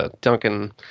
Duncan